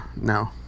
no